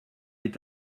est